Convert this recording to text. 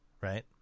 right